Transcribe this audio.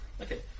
Okay